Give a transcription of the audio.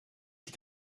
ich